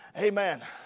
Amen